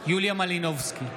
יוליה מלינובסקי,